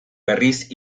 berriz